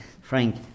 frank